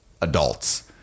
adults